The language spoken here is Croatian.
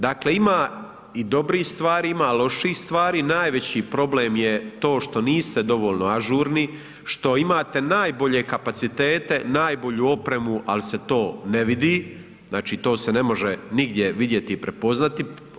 Dakle ima i dobrih stvari, ima i loših stvari, najveći problem je to što niste dovoljno ažurni, što imate najbolje kapacitete, najbolju opremu, ali se to ne vidi, znači to se ne može nigdje vidjeti i prepoznati.